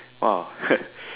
!wow!